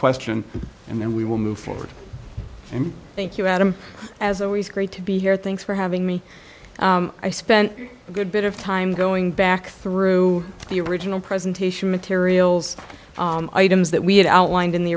question and then we will move forward and thank you adam as always great to be here thanks for having me i spent a good bit of time going back through the original presentation materials items that we had outlined in the